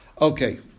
Okay